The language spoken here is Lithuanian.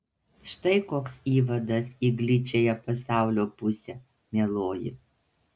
štai toks įvadas į gličiąją pasaulio pusę mieloji